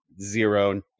zero